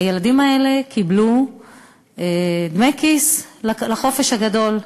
הילדים האלה קיבלו דמי כיס לחופש הגדול.